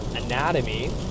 anatomy